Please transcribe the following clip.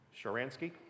Sharansky